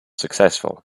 successful